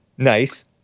Nice